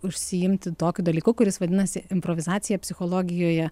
užsiimti tokiu dalyku kuris vadinasi improvizacija psichologijoje